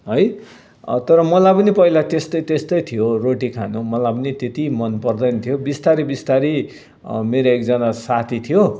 है तर मलाई पनि पहिला त्यस्तै त्यस्तै थियो रोटी खानु मलाई पनि त्यति मन पर्दैन थियो बिस्तारै बिस्तारै मेरो एकजना साथी थियो